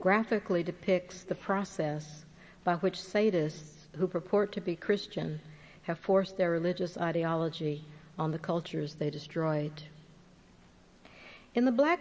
graphically depicts the process by which sadists who purport to be christian have forced their religious ideology on the cultures they destroyed in the black